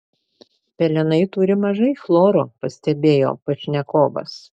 pelenai turi mažai chloro pastebėjo pašnekovas